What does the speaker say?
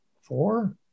Four